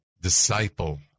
disciple